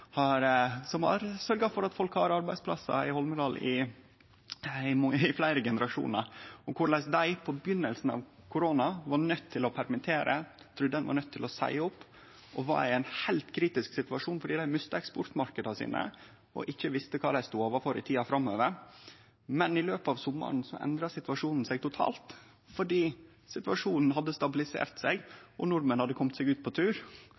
har sørgt for at folk har arbeidsplassar i Holmedal i fleire generasjonar, og korleis dei i byrjinga av koronatida var nøydde til å permittere og trudde ein var nøydde til å seie opp, og dei var i ein heilt kritisk situasjon fordi dei hadde mista eksportmarknadene sine og ikkje visste kva dei stod overfor i tida framover. Men i løpet av sommaren endra situasjonen seg totalt, fordi situasjonen hadde stabiliert seg, og nordmenn hadde kome seg ut på tur,